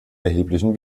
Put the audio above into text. erheblichen